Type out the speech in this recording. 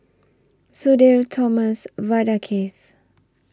Sudhir Thomas Vadaketh